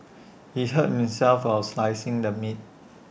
he hurt himself while slicing the meat